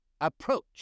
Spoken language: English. approach